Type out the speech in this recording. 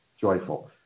joyful